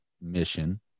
mission